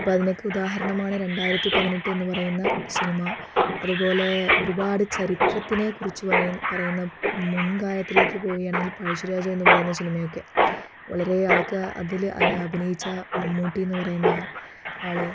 ഇപ്പോൾ അതിനൊക്കെ ഉദാഹരണമാണ് രണ്ടായിരത്തിപ്പതിനെട്ട് എന്ന് പറയുന്ന സിനിമ അതുപോലെ ഒരുപാട് ചരിത്രത്തിനെക്കുറിച്ച് പറയുന്ന മുൻകാലത്തിലേക്ക് പോകുകയാണെങ്കിൽ പഴശ്ശിരാജ എന്നു പറയുന്ന സിനിമയൊക്കെ വളരെ അതൊക്കെ അതിൽ അഭിനയിച്ച മമ്മൂട്ടിയെന്ന് പറയുന്ന ആൾ